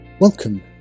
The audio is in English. Welcome